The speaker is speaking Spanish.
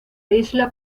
isla